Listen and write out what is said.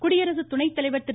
குடியரசுத்துணைத் தலைவர் திரு